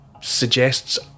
suggests